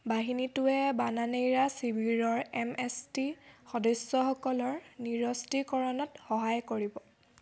বাহিনীটোৱে বানানেইৰাছ চিবিৰৰ এম এছ টি সদস্যসকলৰ নিৰস্ত্ৰীকৰণত সহায় কৰিব